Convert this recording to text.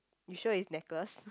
you sure it's necklace